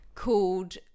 Called